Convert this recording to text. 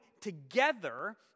together